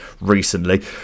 recently